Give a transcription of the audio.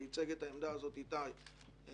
וייצג את העמדה הזאת איתי אלימלך.